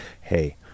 hey